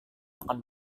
makan